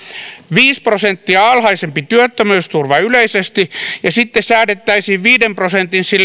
viisi prosenttia alhaisempi työttömyysturva yleisesti ja sitten säädettäisiin viiden prosentin